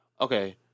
okay